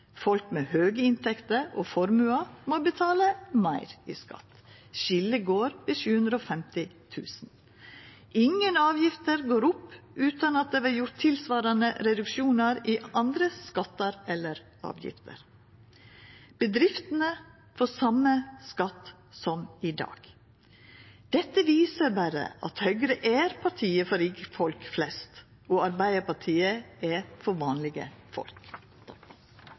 Folk med høge inntekter og formuar må betala meir i skatt. Skiljet går ved 750 000 kr. Ingen avgifter går opp utan at det vert gjort tilsvarande reduksjonar i andre skattar eller avgifter. Bedriftene får same skatt som i dag. Dette viser berre at Høgre er partiet for rike folk flest, og Arbeidarpartiet er for vanlege folk.